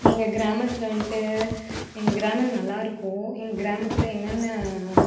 எங்கள் கிராமத்தில் வந்துட்டு எங்கள் கிராமம் நல்லா இருக்கும் எங்கள் கிராமத்தில் என்னென்ன